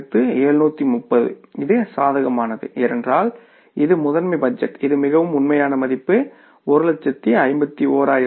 37730 இது சாதகமானது ஏனென்றால் இது மாஸ்டர் பட்ஜெட் இதன் மிகவும் உண்மையான மதிப்பு 151270